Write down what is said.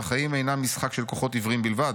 והחיים אינם משחק של כוחות עיוורים בלבד.